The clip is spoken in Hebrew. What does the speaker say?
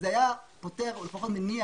זה היה פותר או לפחות מניע